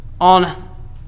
on